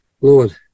Lord